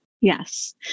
Yes